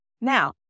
Now